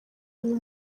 uyu